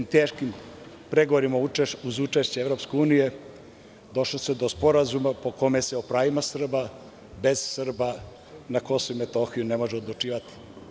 U teškim pregovorima uz učešće EU, došlo se do sporazuma po kome se o pravima Srba, bez Srba na KiM ne može odlučivati.